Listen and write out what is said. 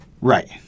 Right